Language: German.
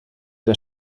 der